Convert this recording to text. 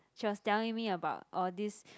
she was telling me about orh this